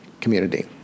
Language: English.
community